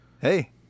Hey